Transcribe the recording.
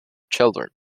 children